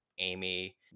Amy